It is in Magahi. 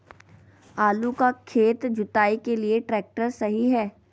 आलू का खेत जुताई के लिए ट्रैक्टर सही है?